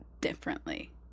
differently